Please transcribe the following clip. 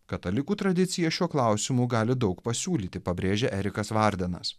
katalikų tradicija šiuo klausimu gali daug pasiūlyti pabrėžia erikas vardenas